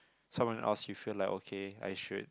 someone else you feel like okay I should